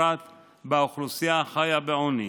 ובפרט באוכלוסייה החיה בעוני.